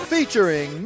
Featuring